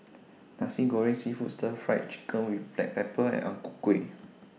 Nasi Goreng Seafood Stir Fried Chicken with Black Pepper and Ang Ku Kueh